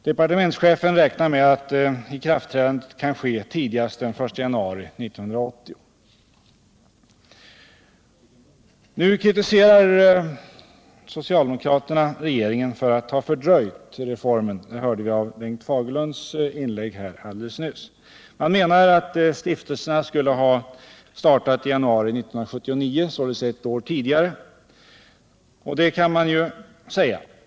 Departementschefen räknar med att ikraftträdandet kan ske tidigast den 1 januari 1980. men, som vi hörde av Bengt Fagerlunds inlägg här alldeles nyss. Man menar att stiftelserna skulle ha startat i januari 1979, således ett år tidigare. Det kan man ju säga.